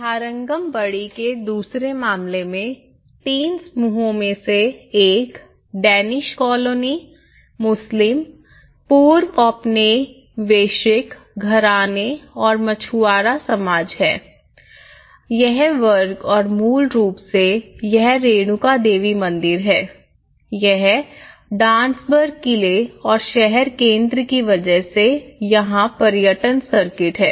थारंगंबडी के दूसरे मामले में तीन समूहों में से एक डेनिश कॉलोनी मुस्लिम पूर्व औपनिवेशिक घराने और मछुआरा समाज है यह वर्ग और मूल रूप से यह रेणुका देवी मंदिर है यह डांसबर्ग किले और शहर केंद्र की वजह से यहां पर्यटन सर्किट है